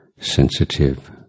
sensitive